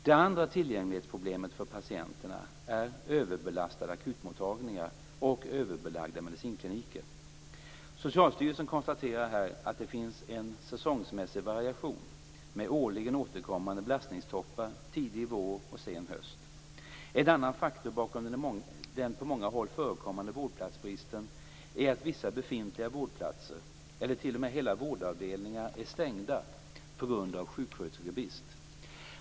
Det andra tillgänglighetsproblemet för patienterna är överbelastade akutmottagningar och överbelagda medicinkliniker. Socialstyrelsen konstaterar här att det finns en säsongsmässig variation med årligen återkommande belastningstoppar tidig vår och sen höst. En annan faktor bakom den på många håll förekommande vårdplatsbristen är att vissa befintliga vårdplatser eller t.o.m. hela vårdavdelningar är stängda på grund av sjuksköterskebrist.